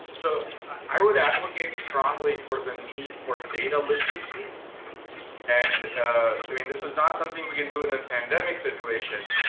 so, i would advocate strongly for the need for data literacy and i mean this is not something we can do in a pandemic situation,